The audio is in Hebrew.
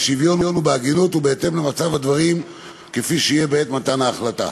בשוויון ובהגינות ובהתאם למצב הדברים כפי שיהיה בעת מתן ההחלטה.